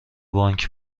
بانک